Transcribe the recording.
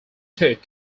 took